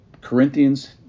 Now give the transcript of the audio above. Corinthians